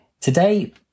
Today